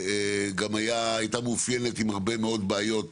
גם הייתה מאופיינת עם הרבה מאוד בעיות